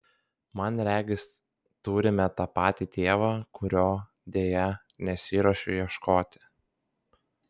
man regis turime tą patį tėvą kurio deja nesiruošiu ieškoti